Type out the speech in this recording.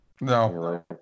No